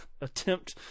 attempt